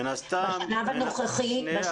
מין הסתם -- בשלב הנוכחי ---- שנייה.